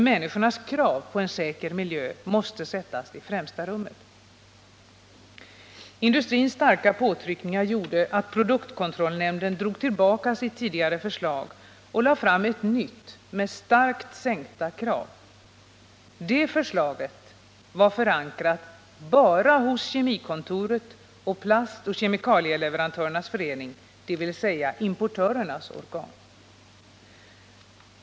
Människornas krav på en säker miljö måste sättas i främsta rummet. Industrins starka påtryckningar gjorde att produktkontrollnämnden drog tillbaka sitt tidigare förslag och lade fram ett nytt, med starkt sänkta krav. Det förslaget var förankrat bara hos Kemikontoret och Plastoch Kemikalieleverantörernas förening, dvs. importörernas organ.